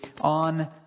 on